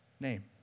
name